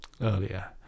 earlier